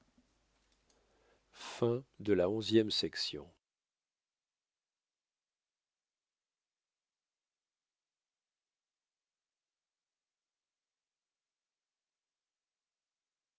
de la lune si